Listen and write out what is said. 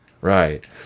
Right